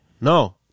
No